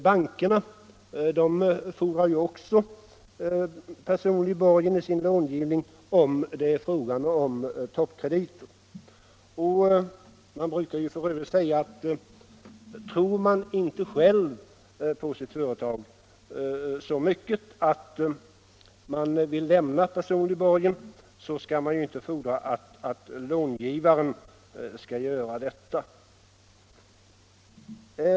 Bankerna fordrar ju också personlig borgen i sin långivning, om det är frågan om toppkrediter. Det brukar f.ö. sägas att tror man inte själv på sitt företag så mycket att man vill lämna personlig borgen, så skall man inte fordra att långivaren skall tro på det.